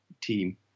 team